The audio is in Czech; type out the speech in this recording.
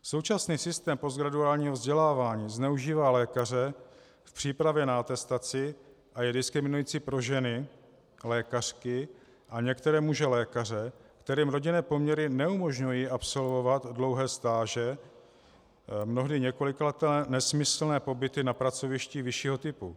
Současný systém postgraduálního vzdělávání zneužívá lékaře v přípravě na atestaci a je diskriminující pro ženy lékařky a některé muže lékaře, kterým rodinné poměry neumožňují absolvovat dlouhé stáže, mnohdy několikaleté nesmyslné pobyty na pracovišti vyššího typu.